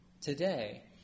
Today